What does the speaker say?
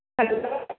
hello